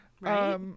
right